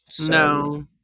No